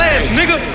Nigga